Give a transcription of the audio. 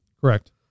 Correct